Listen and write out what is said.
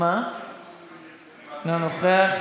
אינו נוכח.